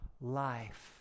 life